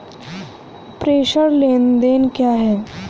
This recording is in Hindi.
प्रेषण लेनदेन क्या है?